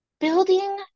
Building